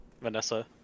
Vanessa